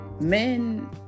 Men